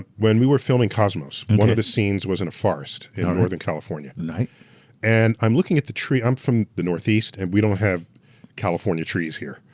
ah when we were filming cosmos, one of the scenes was in a forest in northern california. and i'm looking at the tree, i'm from the northeast and we don't have california trees here.